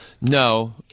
No